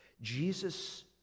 Jesus